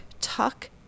tuck